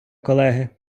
колеги